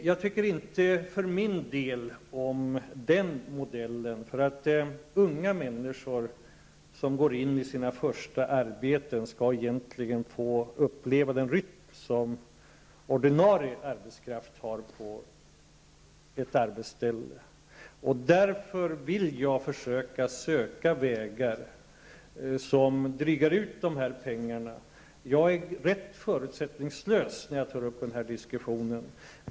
Jag tycker för min del inte om den modellen. Unga människor som går in i sina första arbeten skall få uppleva den rytm som ordinarie arbetskraft har på ett arbetsställe. Därför vill jag söka vägar som drygar ut pengarna. Jag är förutsättningslös när jag tar upp denna diskussion.